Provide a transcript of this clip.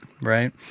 right